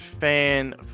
fan